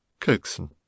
Kirkson